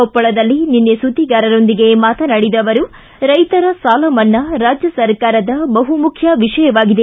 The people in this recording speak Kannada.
ಕೊಪ್ಪಳದಲ್ಲಿ ನಿನ್ನೆ ಸುದ್ದಿಗಾರರೊಂದಿಗೆ ಮಾತನಾಡಿದ ಅವರು ರೈತರ ಸಾಲ ಮನ್ನಾ ರಾಜ್ಯ ಸರ್ಕಾರದ ಬಹು ಮುಖ್ಯ ವಿಷಯವಾಗಿದೆ